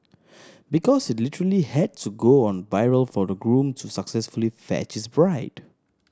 because it literally had to go on viral for the groom to successfully 'fetch' his bride